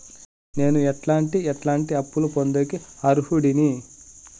నేను ఎట్లాంటి ఎట్లాంటి అప్పులు పొందేకి అర్హుడిని?